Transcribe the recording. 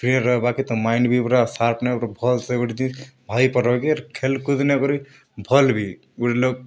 ଫ୍ରୀ'ରେ ରହେବା ତ ମାଇଣ୍ଡ୍ ବି ପୂରା ସାର୍ଫ ନେ ଗୁଟେ ଭଲ୍ସେ ଗୁଟେ ଦିନ୍ ଭାବି ପାର୍ବକେ ଖେଲ୍ କୁଦ୍ ନେ କରି ଭଲ୍ ବି ଗୁଟେ ଲୋକ୍